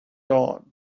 dawn